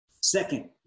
Second